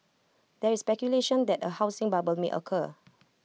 there is speculation that A housing bubble may occur